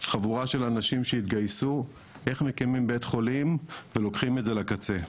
חבורה של אנשים שהתגייסו איך מקימים בית חולים ולוקחים את זה לקצה.